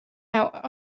out